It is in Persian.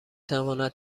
تواند